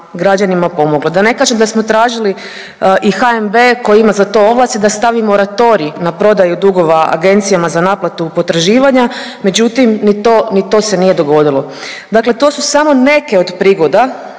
građanima pomoglo. Da ne kažem da smo tražili i HNB koji ima za to ovlasti da stavi moratorij na prodaju dugova agencijama za naplatu potraživanja međutim ni to, ni to se nije dogodilo. Dakle, to su neke od prigoda